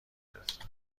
گرفتم